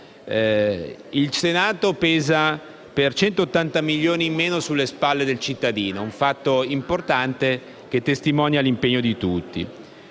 Il Senato pesa per 180 milioni in meno sulle spalle dei cittadini: è un fatto importante che testimonia l'impegno di tutti.